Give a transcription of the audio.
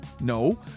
No